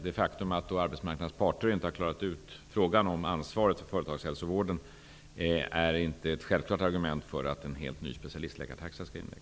Det faktum att arbetsmarknadens parter inte har klarat ut frågan om ansvaret för företagshälsovården är inte ett självklart argument för att en helt ny specialistläkartaxa skall inrättas.